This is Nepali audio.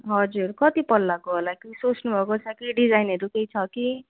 हजुर कति पल्लाको होला कि सोच्नुभएको छ कि डिजाइनहरू केही छ कि